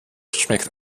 schmeckt